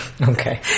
Okay